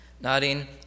Nodding